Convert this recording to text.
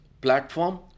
Platform